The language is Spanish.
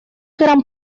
gran